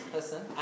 listen